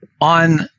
on